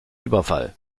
überfall